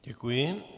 Děkuji.